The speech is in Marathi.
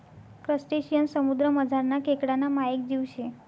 क्रसटेशियन समुद्रमझारना खेकडाना मायेक जीव शे